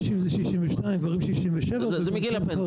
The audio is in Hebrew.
נשים זה 62, גברים זה 67. זה מגיל הפנסיה.